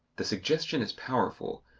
the suggestion is powerful,